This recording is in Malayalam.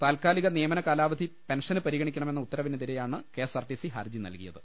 താൽക്കാ ലിക നിയമന കാലാവധി പെൻഷന് പരിഗണിക്കണമെന്ന ഉത്തര വിനെതിരെയാണ് K S R T C ഫർജി നൽകിയത്